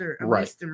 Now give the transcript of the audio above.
right